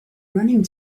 running